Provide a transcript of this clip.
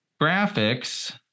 graphics